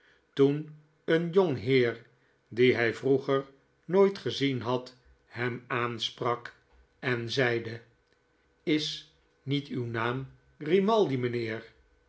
toen een jong heer dien hij vroeger nooit gezien had hem aansprak en zeide is niet uw naam grimaldi mijnheer